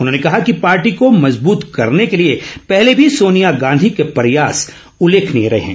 उन्होंने कहा कि पार्टी को मजबूत करने के लिए पहले भी सोनिया गांधी के प्रयास उल्लेखनीय रहे हैं